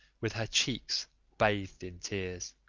with her cheeks bathed in tears.